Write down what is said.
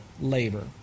labor